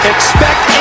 Expect